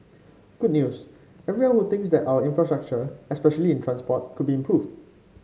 good news everyone who thinks that our infrastructure especially in transport could be improved